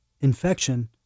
infection